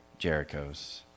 Jerichos